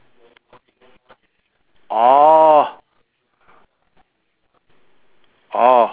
orh orh